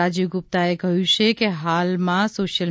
રાજીવ ગુપ્તાએ કહ્યુ છે કે હાલમાં સોશિયલ